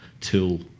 tool